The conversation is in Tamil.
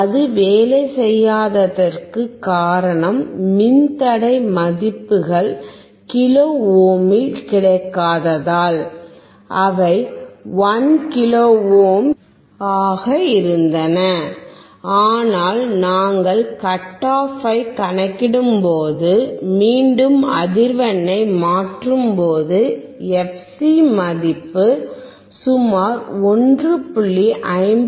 அது வேலை செய்யாததற்கு காரணம் மின்தடை மதிப்புகள் கிலோ ஓமில் கிடைக்காததால் அவை 1 கிலோ ஓம்ஸ் ஆக இருந்தனஆனால் நாங்கள் கட் ஆப் ஐ கணக்கிடும்போது மீண்டும் அதிர்வெண்ணை மாற்றும்போது fc மதிப்பு சுமார் 1